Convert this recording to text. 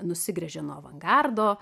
nusigręžė nuo avangardo